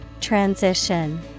Transition